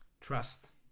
trust